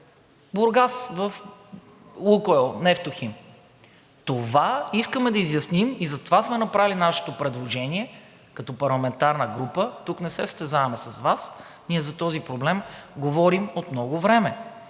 Бургас – „Лукойл Нефтохим“. Това искаме да изясним и затова сме направили нашето предложение като парламентарна група – тук не се състезаваме с Вас, ние за този проблем говорим от много време.